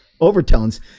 overtones